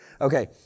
Okay